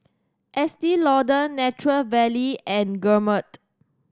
Estee Lauder Nature Valley and Gourmet